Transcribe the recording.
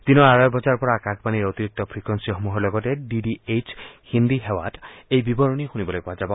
দিনৰ আঢ়ৈ বজাৰ পৰা আকাশবণীৰ অতিৰিক্ত ফ্ৰিকুৱেপিসমূহৰ লগতে ডি ডি এইচ হিন্দী সেৱাত এই বিৱৰণী শুনিবলৈ পোৱা যাব